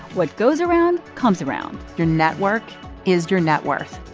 what goes around comes around your network is your net worth.